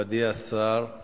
מכובדי השר,